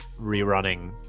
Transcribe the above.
rerunning